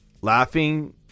laughing